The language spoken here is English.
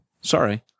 Sorry